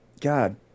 God